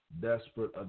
desperate